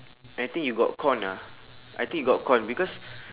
I think you got con lah I think you got con because